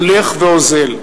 הולך ואוזל.